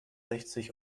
sechzig